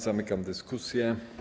Zamykam dyskusję.